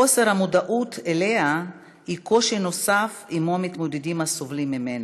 חוסר המודעות אליה הוא קושי נוסף שעמו מתמודדים הסובלים ממנה.